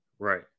Right